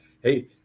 Hey